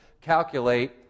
calculate